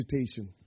agitation